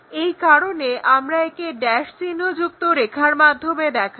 এই কারণে আমরা একে ড্যাশ চিহ্ন যুক্ত রেখার মাধ্যমে দেখাই